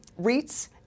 REITs